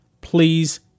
Please